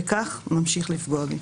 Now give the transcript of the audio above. וכך ממשיך לפגוע בי.